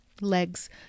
legs